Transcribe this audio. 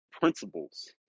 principles